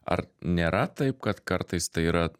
ar nėra taip kad kartais tai yra